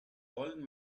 old